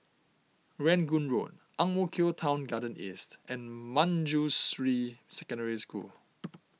Rangoon Road Ang Mo Kio Town Garden East and Manjusri Secondary School